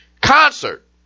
concert